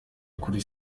kuri